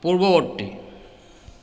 পূৰ্ৱবৰ্তী